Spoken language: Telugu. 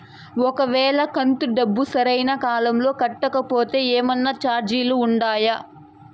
ఒక వేళ కంతు డబ్బు సరైన కాలంలో కట్టకపోతే ఏమన్నా చార్జీలు ఉండాయా?